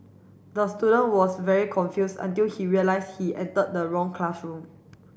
the student was very confuse until he realise he entered the wrong classroom